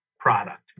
product